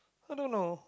I don't know